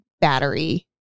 battery